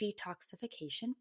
detoxification